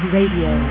Radio